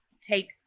take